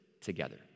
together